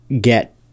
get